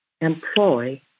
employ